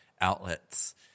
outlets